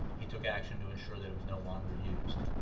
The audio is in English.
he took action to ensure that it was no longer used,